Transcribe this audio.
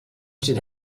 should